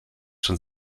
schon